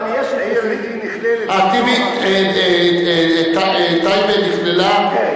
אבל יש עיר, היא נכללת, טייבה נכללה, כן.